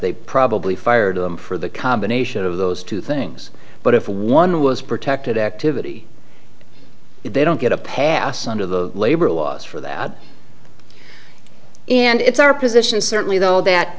they probably fired them for the combination of those two things but if one was protected activity they don't get a pass under the labor was for that and it's our position certainly though that